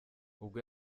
ubwo